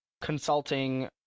consulting